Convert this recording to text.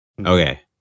Okay